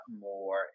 more